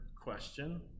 question